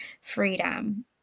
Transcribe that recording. freedom